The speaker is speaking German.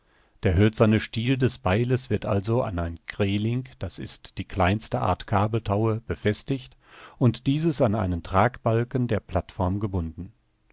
der hölzerne stiel des beiles wird also an ein greling d i die kleinste art kabeltaue befestigt und dieses an einen tragbalken der plattform gebunden